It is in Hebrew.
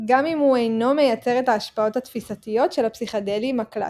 גם אם הוא אינו מייצר את ההשפעות התפיסתיות של הפסיכדליים הקלאסיים.